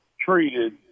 treated